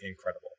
incredible